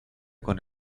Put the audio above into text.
con